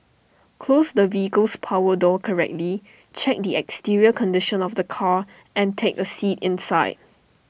close the vehicle's power door correctly check the exterior condition of the car and take A seat inside